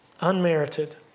Unmerited